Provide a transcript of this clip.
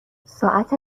ساعت